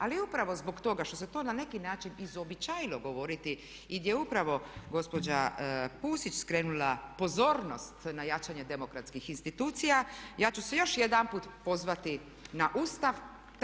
Ali upravo zbog toga što se to na neki način izuobičajilo govoriti i gdje upravo gospođa Pusić skrenula pozornost na jačanje demokratskih institucija ja ću se još jedanput pozvati na Ustav.